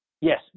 Yes